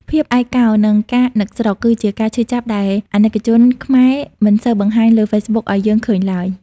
ភាពឯកោ និងការនឹកស្រុក គឺជាការឈឺចាប់ដែលអាណិកជនខ្មែរមិនសូវបង្ហាញលើ Facebook ឱ្យយើងឃើញឡើយ។